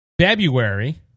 February